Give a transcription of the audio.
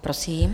Prosím.